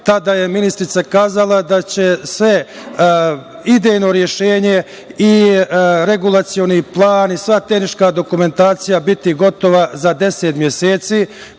Tada je ministarka kazala da će se idejno rešenje i regulacioni plan i sva tehnička dokumentacija biti gotova za 10 meseci,